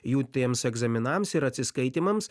jų tiems egzaminams ir atsiskaitymams